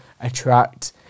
attract